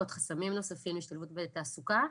ויש חסמים נוספים להשתלבות בתעסוקה.